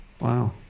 Wow